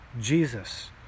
Jesus